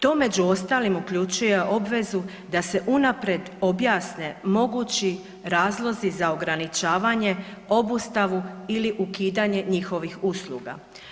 To među ostalim uključuje obvezu da se unaprijed objasne mogući razlozi za ograničavanje, obustavu ili ukidanje njihovih usluga.